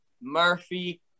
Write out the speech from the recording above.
Murphy